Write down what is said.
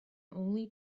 only